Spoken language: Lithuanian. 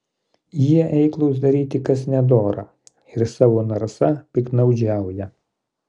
jie eiklūs daryti kas nedora ir savo narsa piktnaudžiauja